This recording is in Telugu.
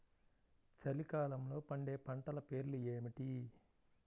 చలికాలంలో పండే పంటల పేర్లు ఏమిటీ?